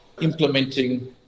implementing